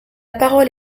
parole